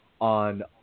on